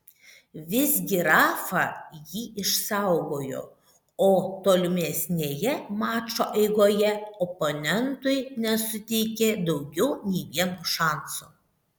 visgi rafa jį išsaugojo o tolimesnėje mačo eigoje oponentui nesuteikė daugiau nei vieno šanso